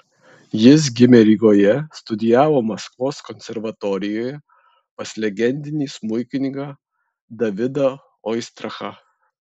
jis gimė rygoje studijavo maskvos konservatorijoje pas legendinį smuikininką davidą oistrachą